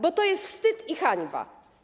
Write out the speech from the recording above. Bo to jest wstyd i hańba.